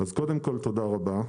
קודם כול, תודה רבה.